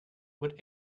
would